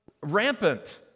rampant